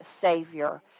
Savior